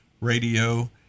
Radio